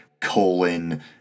Colon